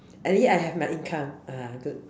and yet I have my income ah good